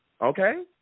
okay